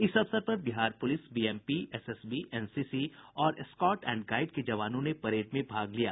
इस अवसर पर Bihar police BMP SSB NCC और स्कॉउट एण्ड गाईड के जवानों ने परेड में भाग लिया